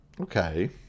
Okay